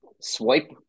Swipe